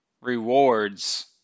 rewards